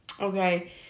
Okay